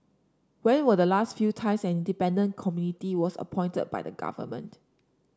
when were the last few times an independent committee was appointed by the government